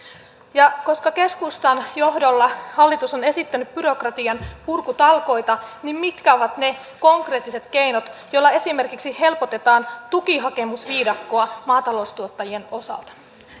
koska keskustan johdolla hallitus on esittänyt byrokratianpurkutalkoita mitkä ovat ne konkreettiset keinot joilla esimerkiksi helpotetaan tukihakemusviidakkoa maataloustuottajien osalta